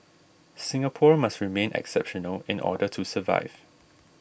Singapore must remain exceptional in order to survive